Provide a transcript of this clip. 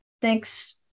Thanks